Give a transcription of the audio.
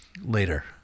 later